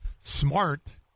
smart